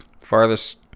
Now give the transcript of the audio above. farthest